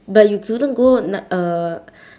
but you couldn't go ni~ uh